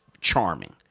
charming